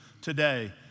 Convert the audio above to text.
today